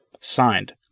Signed